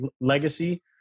legacy